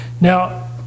now